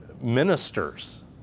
ministers